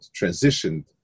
transitioned